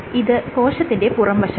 എന്നാൽ ഇതാകട്ടെ കോശത്തിനെ പുറംവശവും